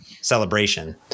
celebration